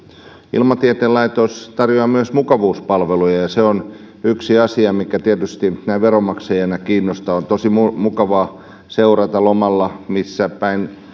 ilmatieteen laitos tarjoaa myös mukavuuspalveluja ja se on yksi asia mikä tietysti näin veronmaksajana kiinnostaa on tosi mukavaa seurata lomalla missä päin